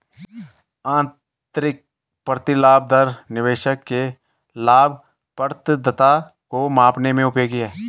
आंतरिक प्रतिलाभ दर निवेशक के लाभप्रदता को मापने में उपयोगी है